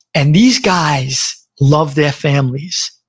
and these guys love their families,